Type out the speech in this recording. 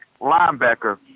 linebacker